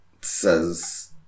says